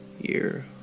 year